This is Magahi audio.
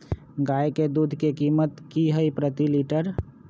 गाय के दूध के कीमत की हई प्रति लिटर?